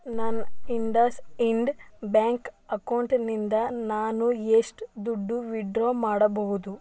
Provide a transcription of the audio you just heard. ನಾನು IndusInd bank ಅಕೌಂಟಿನಿಂದ ನಾನು ಎಷ್ಟು ದುಡ್ಡು ವಿಡ್ರಾ ಮಾಡಬಹುದು